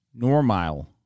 Normile